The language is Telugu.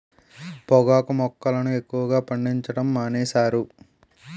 పొగాకు మొక్కలను ఎక్కువగా పండించడం మానేశారు